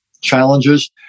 challenges